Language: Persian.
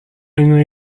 اینو